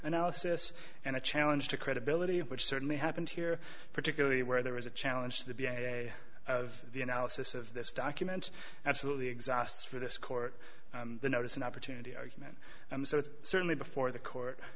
analysis and a challenge to credibility which certainly happened here particularly where there was a challenge to be i have the analysis of this document absolutely exhausts for this court the notice and opportunity argument and so it's certainly before the court